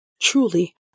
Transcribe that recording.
truly